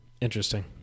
Interesting